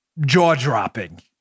jaw-dropping